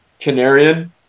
Canarian